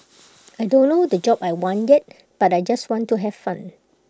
I don't know the job I want yet but I just want to have fun